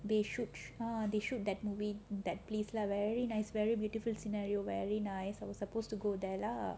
they shoo~ they shoot that movie that place lah very nice very beautiful scenery very nice I was supposed to go there lah